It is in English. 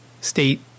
state